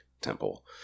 temple